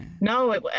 no